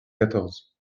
quatorze